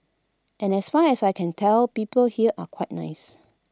and as far as I can tell people here are quite nice